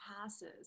passes